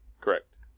correct